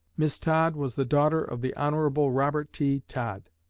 miss todd was the daughter of the hon. robert t. todd,